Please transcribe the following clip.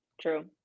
True